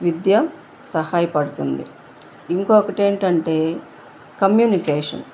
విద్య సహాయపడుతుంది ఇంకొకటి ఏంటంటే కమ్యూనికేషన్